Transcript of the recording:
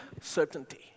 certainty